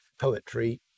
poetry